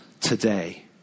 today